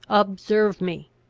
observe me.